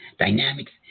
Dynamics